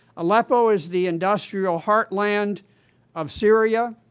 aleppo is the industrial heartland of syria.